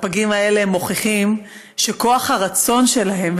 הפגים האלה מוכיחים שכוח הרצון שלהם,